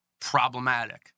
problematic